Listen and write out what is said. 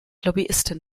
lobbyisten